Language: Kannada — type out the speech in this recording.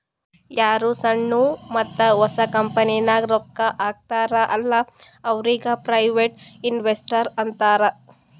ಯಾರು ಸಣ್ಣು ಮತ್ತ ಹೊಸ ಕಂಪನಿಗ್ ರೊಕ್ಕಾ ಹಾಕ್ತಾರ ಅಲ್ಲಾ ಅವ್ರಿಗ ಪ್ರೈವೇಟ್ ಇನ್ವೆಸ್ಟರ್ ಅಂತಾರ್